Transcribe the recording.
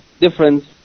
difference